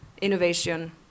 innovation